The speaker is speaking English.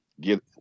get